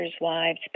wives